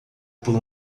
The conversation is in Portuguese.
por